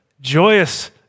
joyous